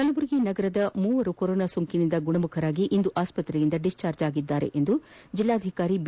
ಕಲಬುರಗಿ ನಗರದ ಮೂವರು ಕೊರೋನಾ ಸೋಂಕಿನಿಂದ ಗುಣಮುಖರಾಗಿ ಇಂದು ಆಸ್ವತ್ತೆಯಿಂದ ಬಿಡುಗಡೆ ಹೊಂದಿದ್ದಾರೆ ಎಂದು ಜಿಲ್ಲಾಧಿಕಾರಿ ಬಿ